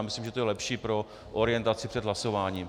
Myslím, že to je lepší pro orientaci před hlasováním.